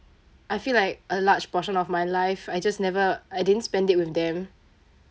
I feel like a large portion of my life I just never I didn't spend it with them